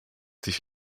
sich